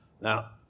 Now